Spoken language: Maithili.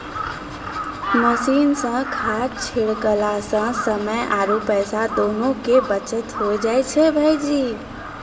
मशीन सॅ खाद छिड़कला सॅ समय आरो पैसा दोनों के बचत होय जाय छै भायजी